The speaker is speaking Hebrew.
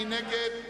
מי נגד?